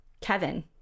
Kevin